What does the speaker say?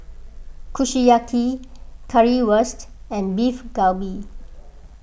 Kushiyaki Currywurst and Beef Galbi